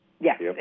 Yes